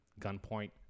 Gunpoint